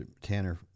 Tanner